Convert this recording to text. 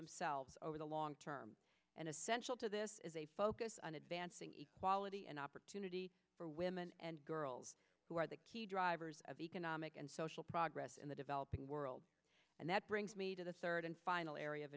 themselves over the long term and essential to this is a focus on advancing equality and opportunity for women and girls who are the key drivers of economic and social progress in the developing world and that brings me to the third and final area of